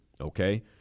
Okay